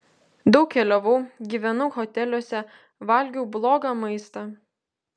daug keliavau gyvenau hoteliuose valgiau blogą maistą